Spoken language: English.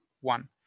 one